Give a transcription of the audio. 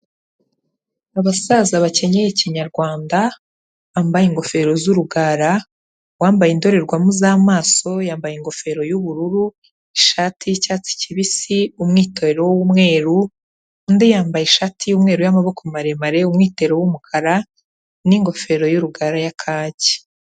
Abasaza bakenyeye kinyarwanda, bambaye ingofero z'urugara, uwambaye indorerwamo z'amaso yambaye ingofero y'ubururu, ishati y'icyatsi kibisi, umwitorero w'umweru, undi yambaye ishati y'umweru y'amaboko maremare, umwitero w'umukara n'ingofero y'urugara ya kaki.